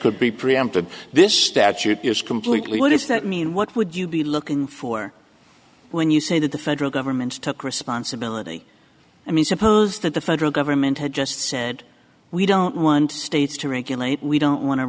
could be preempted this statute is completely what does that mean what would you be looking for when you say that the federal government took response and realty i mean suppose that the federal government had just said we don't want states to regulate we don't want to